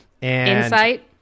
Insight